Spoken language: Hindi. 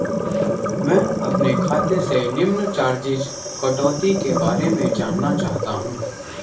मैं अपने खाते से निम्न चार्जिज़ कटौती के बारे में जानना चाहता हूँ?